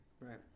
Right